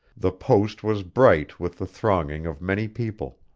the post was bright with the thronging of many people.